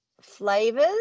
flavors